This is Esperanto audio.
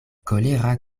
kolera